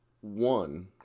One